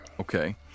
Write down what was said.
Okay